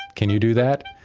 can you do that?